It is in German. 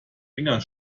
enger